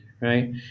right